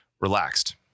relaxed